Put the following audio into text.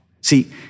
See